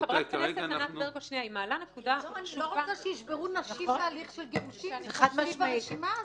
אני לא רוצה שישברו נשים בהליך גירושין סביב הרשימה הזו.